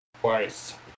Twice